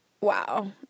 wow